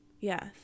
yes